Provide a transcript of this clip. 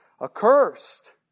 accursed